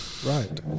Right